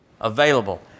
Available